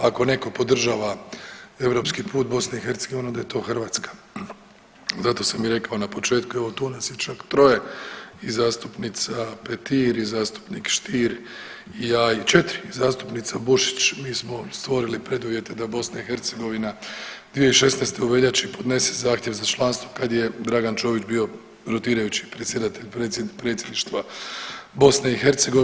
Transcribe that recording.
Ako neko podržava europski put BiH onda je to Hrvatska, zato sam rekao na početku evo tu nas je čak troje i zastupnica Petir i zastupnik Stier i ja i četiri i zastupnica Bušić mi smo stvorili preduvjete za BiH 2016. u veljači podnese zahtjev za članstvo kad je Dragan Čović bio rotirajući predsjedatelj Predsjedništva BiH.